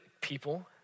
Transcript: people